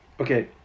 Okay